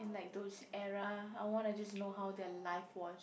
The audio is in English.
in like those era I wanna just know how their life was